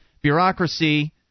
Bureaucracy